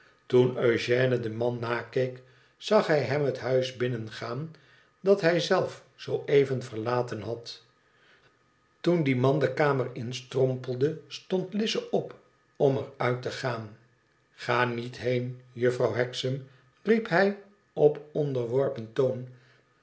toen eugène den man nakeek zag hij hem het huis binnengaan dat hij zelf zoo even verlaten had toen die man de kamer instrompelde stond lize op om er uit te gaan ga niet heen juffrouw hexam riep hij op onderworpen toon